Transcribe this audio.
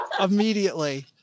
immediately